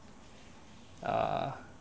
err